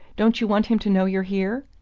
don't you want him to know you're here?